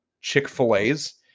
Chick-fil-A's